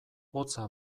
hotza